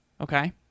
okay